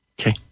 Okay